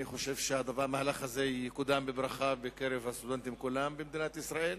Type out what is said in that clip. אני חושב שהמהלך הזה יקודם בברכה בקרב הסטודנטים כולם במדינת ישראל,